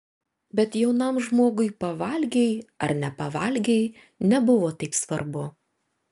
bet jaunam žmogui pavalgei ar nepavalgei nebuvo taip svarbu